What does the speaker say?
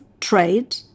trade